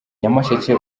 nyamasheke